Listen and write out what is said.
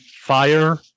fire